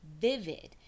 vivid